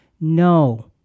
no